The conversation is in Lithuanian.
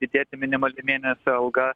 didėti minimali mėnesio alga